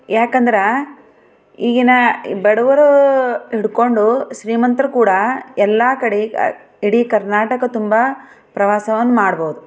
ಯಾಕಂದ್ರೆ ಈಗಿನ ಬಡವರೂ ಹಿಡ್ಕೊಂಡು ಶ್ರೀಮಂತರು ಕೂಡ ಎಲ್ಲ ಕಡೆ ಇಡೀ ಕರ್ನಾಟಕ ತುಂಬ ಪ್ರವಾಸವನ್ನು ಮಾಡ್ಬೌದು